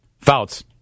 Fouts